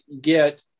get